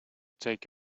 take